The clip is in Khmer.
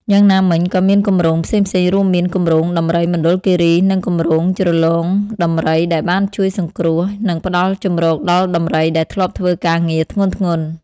យ៉ាងណាមិញក៏មានគម្រោងផ្សេងៗរួមមាន គម្រោងដំរីមណ្ឌលគិរី និង គម្រោងជ្រលងដំរី ដែលបានជួយសង្គ្រោះ និងផ្តល់ជម្រកដល់ដំរីដែលធ្លាប់ធ្វើការងារធ្ងន់ៗ។